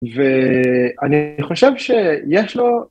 ואני חושב שיש לו...